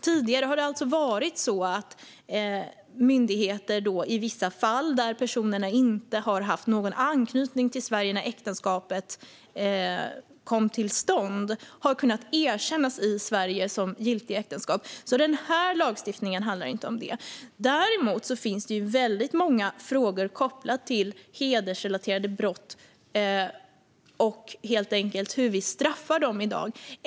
Tidigare har myndigheter i vissa fall, om personerna inte har haft någon anknytning till Sverige när äktenskapet kom till stånd, kunnat erkänna det som giltigt äktenskap i Sverige. Den här lagstiftningen handlar alltså inte om barnäktenskap på det sätt som Mikael Eskilandersson menar. Däremot finns det många frågor som är kopplade till hedersrelaterade brott och straffen för dem.